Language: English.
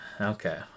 Okay